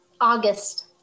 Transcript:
august